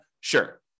Sure